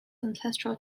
ancestral